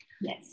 Yes